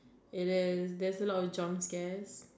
it is there's a lot of jump scares